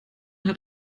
hat